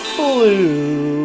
blue